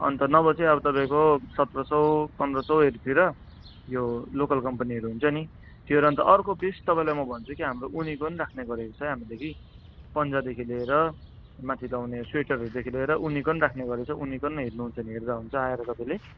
अन्त नभए चाहिँ अब तपाईँको सत्र सय पन्ध्र सयहरूतिर यो लोकल कम्पनीहरू हुन्छ नि त्यो र अन्त अर्को बेस्ट तपाईँलाई म भन्छु कि हाम्रो उनीको पनि राख्ने गरेको छ है हामीले कि पन्जादेखि लिएर माथि लाउने सोइटरहरूदेखि लिएर उनीको पनि राख्ने गरेका छौँ उनीको पनि हेर्न सक्नुहुनेछ आएर तपाईँले